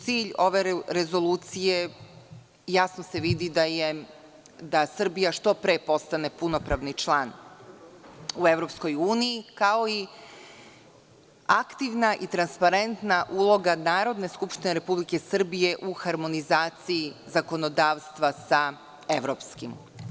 Cilj ove rezolucije jasno se vidi da je da Srbija što pre postane punopravni član u EU, kao i aktivna i transparentna uloga Narodne skupština Republike Srbije u harmonizaciji zakonodavstva sa evropskim.